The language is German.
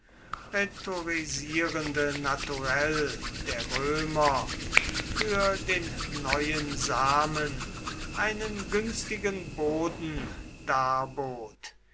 rhetorisierende naturell der römer für den neuen samen einen günstigen boden darbot